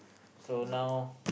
so now